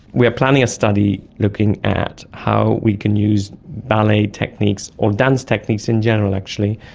we are planning a study looking at how we can use ballet techniques or dance techniques in general actually,